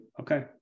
Okay